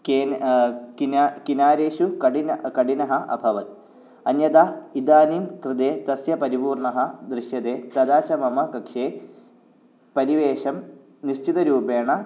केन् किन किनारेषु कठिन कठिनः अभवत् अन्यथा इदानीं कृते तस्य परिपूर्णः दृश्यते तथा च मम कक्षे परिवेशं निश्चितरूपेण